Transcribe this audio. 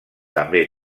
també